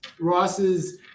Ross's